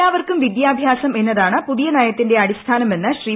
എല്ലാവർക്കും വിദ്യാഭ്യാസം എന്നതാണ് പുതിയ നയത്തിന്റെ അടിസ്ഥാനമെന്ന് ശ്രീ